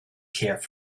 care